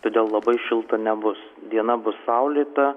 todėl labai šilta nebus diena bus saulėta